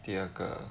第二个